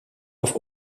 auf